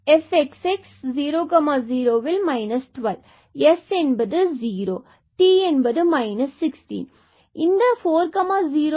எனவே So fxx at 0 0 12 மற்றும் s 0 t t 16